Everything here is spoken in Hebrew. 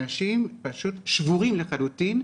אנשים פשוט שבורים לחלוטין,